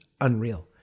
unreal